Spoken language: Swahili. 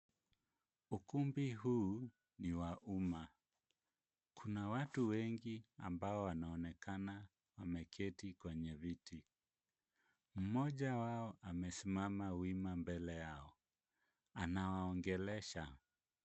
Ukumbi huu ni wa umma. Kuna watu wengi ambao wanaonekana wameketi kwenye viti. Mmoja wao amesimama wima mbele yao anawaongelesha.